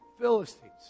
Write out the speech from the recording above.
Philistines